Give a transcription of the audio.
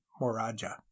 moraja